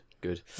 good